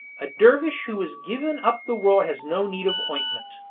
a dervish who has given up the world has no need of ointment!